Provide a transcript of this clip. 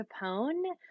Capone